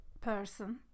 person